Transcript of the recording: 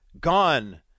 gone